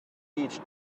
eat